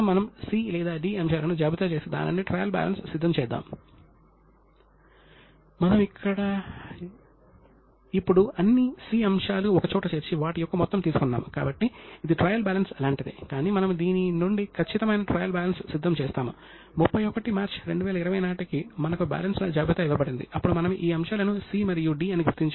ఏదేమైనా పాసియోలీ దానిని తన పుస్తకంలో పొందుపరిచి మరియు దానిని నిర్వహించిన తరువాత మాత్రమే ఈ వ్యవస్థ ముఖ్యంగా ఐరోపాలో వ్యాపారులకు ఒక ప్రమాణంగా మారింది మీరు అర్థం చేసుకుంటున్నారా